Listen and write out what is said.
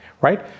right